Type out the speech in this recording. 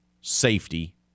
Safety